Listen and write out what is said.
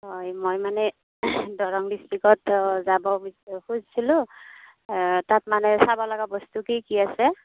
হয় মই মানে দৰং ডিষ্ট্ৰিকত অঁ যাব খুজিছো খুজিছিলোঁ তাত মানে চাব লগা বস্তু কি কি আছে